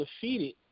defeated